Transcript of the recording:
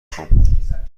خوام